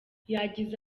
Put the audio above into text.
yagize